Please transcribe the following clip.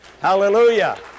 Hallelujah